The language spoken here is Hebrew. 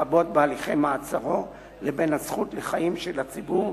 לרבות בהליכי מעצרו, לבין הזכות לחיים של הציבור,